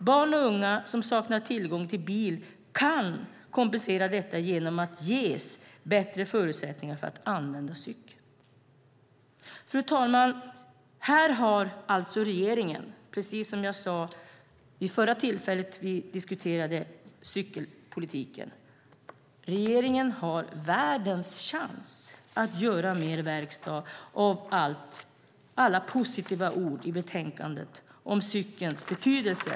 Barn och unga som saknar tillgång till bil kan kompensera detta genom att ges bättre förutsättningar för att använda cykeln. Fru talman! Här har alltså regeringen, precis som vid det förra tillfället vi diskuterade cykelpolitiken, världens chans att göra mer verkstad av alla positiva ord i betänkandet om cykelns betydelse.